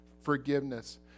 forgiveness